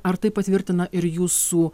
ar tai patvirtina ir jūsų